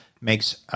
makes